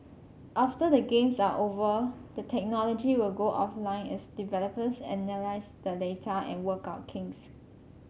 after the Games are over the technology will go offline as developers analyse the data and work out kinks